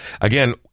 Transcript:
again